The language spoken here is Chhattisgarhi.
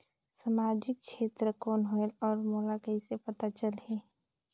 समाजिक क्षेत्र कौन होएल? और मोला कइसे पता चलही?